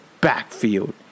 backfield